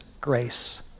grace